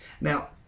Now